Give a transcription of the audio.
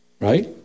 Right